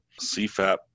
CFAP